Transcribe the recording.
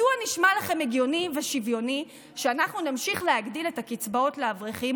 מדוע נשמע לכם הגיוני ושוויוני שאנחנו נמשיך להגדיל את הקצבאות לאברכים,